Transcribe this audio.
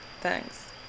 Thanks